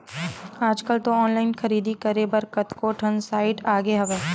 आजकल तो ऑनलाइन खरीदारी करे बर कतको ठन साइट आगे हवय